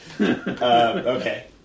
Okay